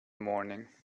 morning